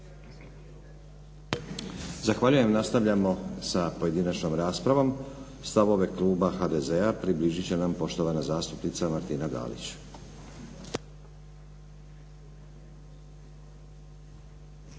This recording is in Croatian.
Zahvaljujem. Nastavljamo sa pojedinačnom raspravom. Stavove kluba HDZ-a približit će nam poštovana zastupnica Martina Dalić.